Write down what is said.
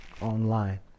online